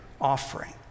offering